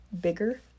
Bigger